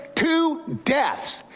two deaths.